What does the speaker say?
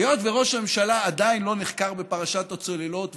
היות שראש הממשלה עדיין לא נחקר בפרשת הצוללות,